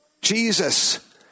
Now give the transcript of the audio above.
Jesus